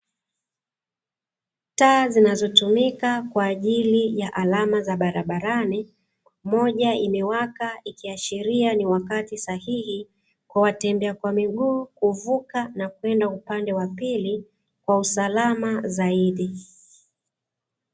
Taa zinazotumika kwa ajili ya alama za barabarani moja imewaka ikiashiria ni wakati sahihi kwa watembea miguu kuvuka na kwenda upande wa pili kwa usalama zaidi.